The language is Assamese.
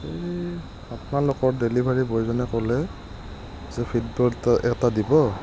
এই আপোনালোকৰ ডেলিভাৰী বয়জনে ক'লে যে ফিডবেক এটা দিব